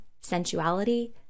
sensuality